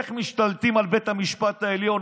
איך משתלטים על בית המשפט העליון,